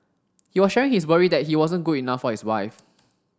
he was sharing his worry that he wasn't good enough for his wife